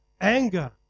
Anger